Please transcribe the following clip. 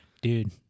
Dude